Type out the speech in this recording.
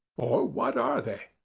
or what are they?